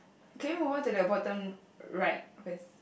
can you move on to the bottom right first